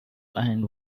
and